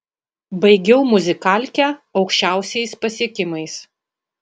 baigiau muzikalkę aukščiausiais pasiekimais